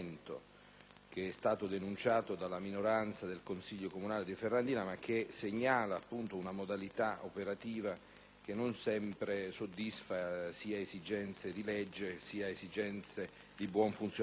che è stato denunciato dalla minoranza del Consiglio comunale di Ferrandina, ma che segnala una modalità operativa che non sempre soddisfa sia esigenze di legge, sia esigenze di buon funzionamento.